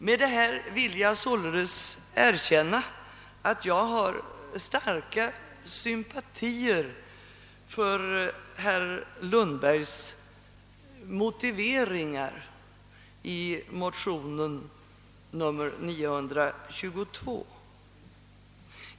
Med detta vill jag således erkänna att jag har starka sympatier för herr Lundbergs motiveringar i motion nr 922 i denna kammare.